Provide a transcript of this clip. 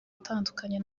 atandukanye